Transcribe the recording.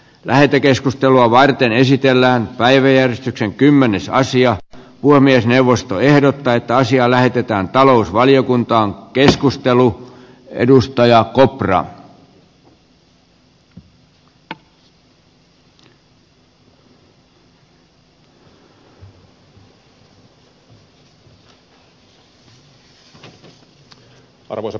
lähetekeskustelua varten esitellään päiväjärjestyksen kymmenessä asia puhemiesneuvosto ehdottaa että asia lähetetään talousvaliokuntaan keskustelu edustaja arvoisa puhemies